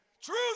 Truth